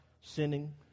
sinning